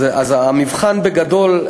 אז בגדול,